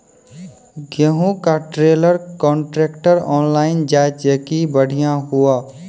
गेहूँ का trailer contractor online जाए जैकी बढ़िया हुआ